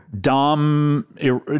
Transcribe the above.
Dom